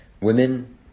Women